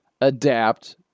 adapt